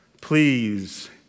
Please